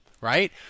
right